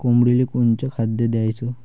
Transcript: कोंबडीले कोनच खाद्य द्याच?